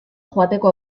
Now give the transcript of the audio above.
joateko